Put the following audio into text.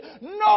no